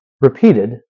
repeated